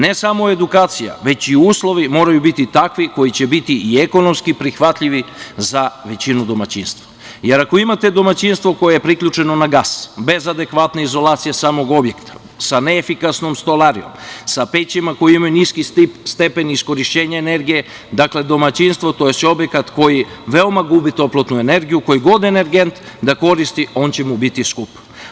Ne samo edukacija, već i uslovi moraju biti takvi koji će biti i ekonomski prihvatljivi za većinu domaćinstva, jer ako imate domaćinstvo koje je priključeno na gas bez adekvatne izolacije samog objekta, sa neefikasnom stolarijom, sa pećima koje imaju niski stepen iskorišćenje energije, dakle, domaćinstvo tj. objekat koji veoma gubi toplotnu energiju koji god energent da koristi on će mu biti skup.